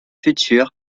futurs